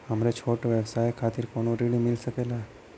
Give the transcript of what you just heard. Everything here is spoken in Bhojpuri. हमरे छोट व्यवसाय खातिर कौनो ऋण मिल सकेला?